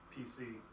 PC